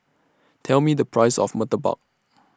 Tell Me The Price of Murtabak